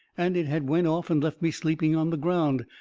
and it had went off and left me sleeping on the ground.